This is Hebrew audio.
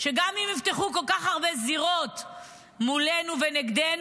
שגם אם יפתחו כל כך הרבה זירות מולנו ונגדנו,